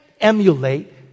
emulate